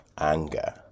anger